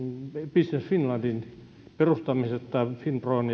business finlandin perustamisesta finpron